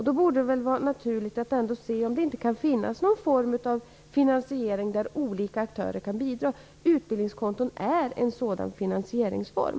Då borde det väl vara naturligt att titta närmare på om det inte kan finnas någon form av finansiering där olika aktörer kan bidra. Utbildningskonton är en sådan finansieringsform.